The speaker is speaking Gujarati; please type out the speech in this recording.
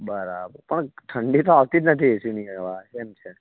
બરાબર પણ ઠંડી તો આવતી જ નથી એસીની હવા એમ છે